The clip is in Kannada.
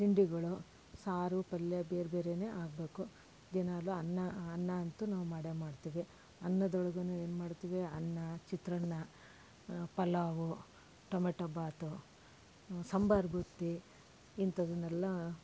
ತಿಂಡಿಗಳು ಸಾರು ಪಲ್ಯ ಬೇರೆ ಬೇರೆನೇ ಆಗ್ಬೇಕು ದಿನವೂ ಅನ್ನ ಅನ್ನ ಅಂತೂ ನಾವು ಮಾಡೇ ಮಾಡ್ತೀವಿ ಅನ್ನದ ಒಳಗೂನೂ ಏನು ಮಾಡ್ತೀವಿ ಅನ್ನ ಚಿತ್ರಾನ್ನ ಪಲಾವು ಟೊಮೆಟೊ ಭಾತು ಸಂಬಾರ ಬುತ್ತಿ ಇಂಥದನ್ನೆಲ್ಲ